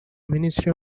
ministry